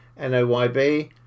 NOYB